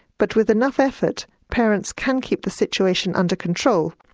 but with enough effort, parents can keep the situation under control.